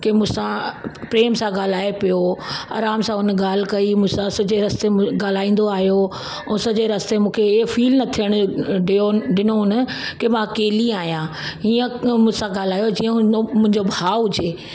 की मूंसां प्रेम सां ॻाल्हाइ पियो आराम सां उन ॻाल्हि कई मूंसां सॼे रस्ते ॻाल्हाईंदो आयो ऐं सॼे रस्ते मूंखे हीअ फील न थियण ॾियो ॾिनो हुन की मां अकेली आहियां हीअं मूंसां ॻाल्हाइयो जीअं हू हो मुंहिंजो भाउ हुजे